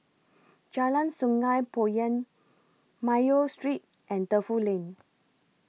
Jalan Sungei Poyan Mayo Street and Defu Lane